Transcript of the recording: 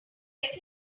beg